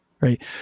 Right